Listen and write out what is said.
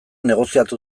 negoziatu